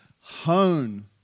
hone